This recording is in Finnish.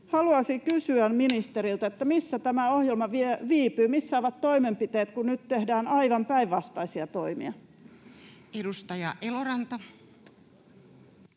koputtaa] ministeriltä: Missä tämä ohjelma viipyy? Missä ovat toimenpiteet, kun nyt tehdään aivan päinvastaisia toimia? [Speech 112]